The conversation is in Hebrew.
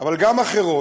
אבל גם אחרות,